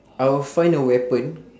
I'll find a weapon